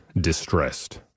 distressed